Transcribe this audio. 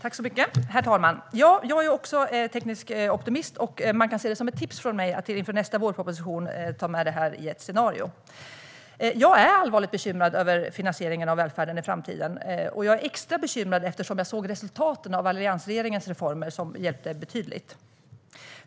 Herr talman! Jag är också teknisk optimist. Man ska se det som ett tips från mig att inför nästa vårproposition ta med det här i ett scenario. Jag är allvarligt bekymrad över den framtida finansieringen av välfärden. Jag är extra bekymrad eftersom jag såg resultaten av alliansregeringens reformer, som hjälpte betydligt.